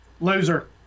Loser